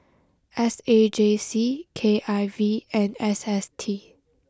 S A J C K I V and S S T